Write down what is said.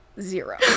Zero